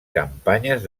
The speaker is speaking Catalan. campanyes